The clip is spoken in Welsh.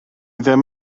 ddim